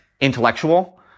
intellectual